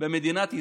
במדינת ישראל,